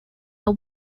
are